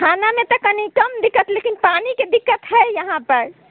खानामे तऽ कनि कम दिक्कत लेकिन पानिके दिक्कत हइ यहाँपर